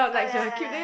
oh ya